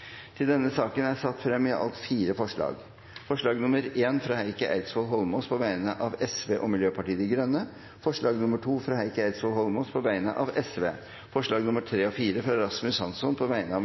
til utvidelser av markagrensen innenfor de geografiske områdene som er nevnt i loven.» Presidenten antar at Høyre, Fremskrittspartiet og Senterpartiet ønsker å stemme imot. Under debatten er det satt frem i alt fire forslag. Det er forslag nr. 1, fra Heikki Eidsvoll Holmås på vegne av Sosialistisk Venstreparti og Miljøpartiet De Grønne forslag nr. 2, fra Heikki Eidsvoll Holmås på vegne av Sosialistisk Venstreparti forslagene nr. 3 og 4, fra Rasmus Hansson på vegne av